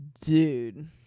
dude